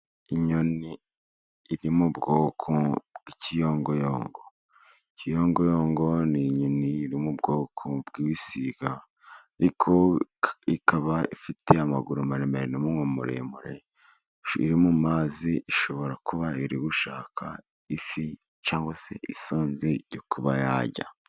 Inyoni iri mu bwoko bw'ikiyongoyongo. Ikiyongoyongo ni inyoni iri mu bwoko bw'ibisiga, ariko ikaba ifite amaguru maremare n'umunwa muremure. Iri mu mazi, ishobora kuba iri gushaka ifi cyangwa se isonzi yo kuba yarya.